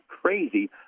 crazy